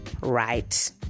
right